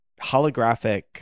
holographic